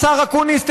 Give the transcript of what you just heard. השר אקוניס,